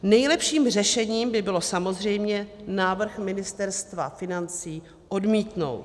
Nejlepším řešením by bylo samozřejmě návrh Ministerstva financí odmítnout.